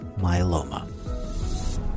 myeloma